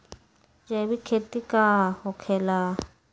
जैविक खेती का होखे ला?